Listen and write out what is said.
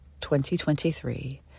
2023